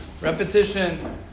Repetition